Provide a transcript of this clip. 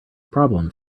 problem